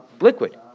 liquid